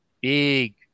big